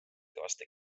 kõvasti